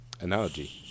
analogy